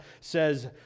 says